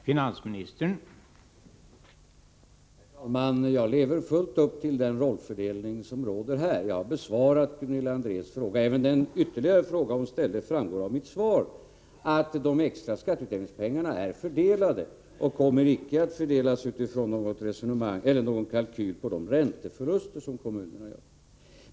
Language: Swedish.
Herr talman! Jag lever helt och fullt upp till den rollfördelning som råder här. Jag har besvarat Gunilla Andrés fråga, och även den följdfråga som hon senare ställt. Det framgår av mitt svar att de extra skatteutjämningspengarna nu är fördelade och att de icke kommer att fördelas utifrån någon kalkyl över de ränteförluster som kommunerna gör.